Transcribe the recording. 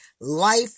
life